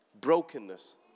brokenness